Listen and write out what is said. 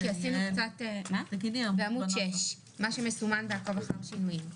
זה מה שמסומן ב"עקוב אחר שינויים".